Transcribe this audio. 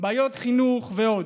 בעיות החינוך ועוד.